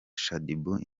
shaddyboo